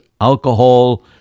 alcohol